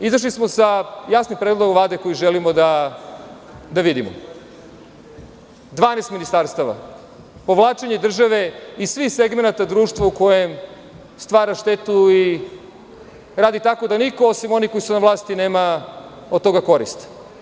Izašli smo sa jasnim predlogom Vlade koji želimo da vidimo – 12 ministarstava, povlačenje države iz svih segmenata društva u kojem stvara štetu i radi tako da niko, osim onih koji su na vlasti, nema korist.